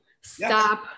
stop